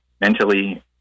mentally